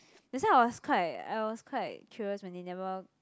that's why I was quite I was quite curious when they never